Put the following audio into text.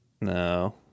No